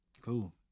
Cool